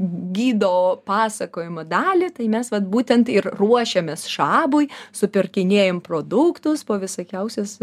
gydo pasakojimo dalį tai mes vat būtent ir ruošiamės šabui supirkinėjam produktus po visokiausias